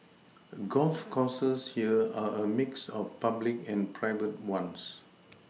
golf courses here are a mix of public and private ones